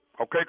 Okay